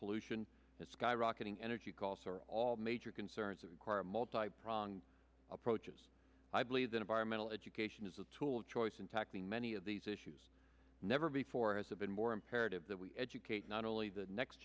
pollution it's got rocketing energy costs are all major concerns of require a multi pronged approach is i believe that environmental education is a tool of choice in tackling many of these issues never before has it been more imperative that we educate not only the next